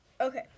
Okay